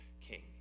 king